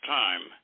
time